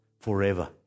forever